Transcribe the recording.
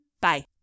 Bye